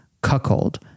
Cuckold